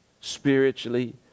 spiritually